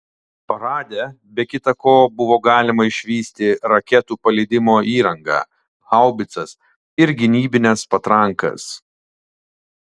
parade be kita ko buvo galima išvysti raketų paleidimo įrangą haubicas ir gynybines patrankas